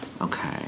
Okay